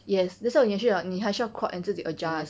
yes that's why 你还需要你还需要 crop and 自己 adjust